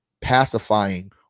pacifying